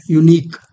unique